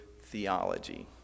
theology